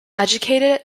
educated